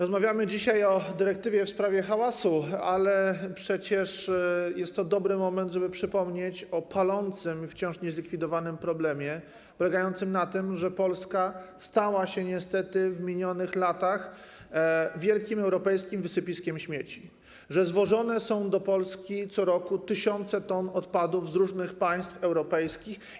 Rozmawiamy dzisiaj o dyrektywie w sprawie hałasu, ale przecież jest to dobry moment, żeby przypomnieć o palącym, wciąż niezlikwidowanym, problemie polegającym na tym, że Polska stała się niestety w minionych latach wielkim europejskim wysypiskiem śmieci, że zwożone są do Polski co roku tysiące ton odpadów z różnych państw europejskich.